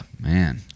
Man